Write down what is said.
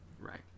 Right